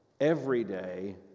everyday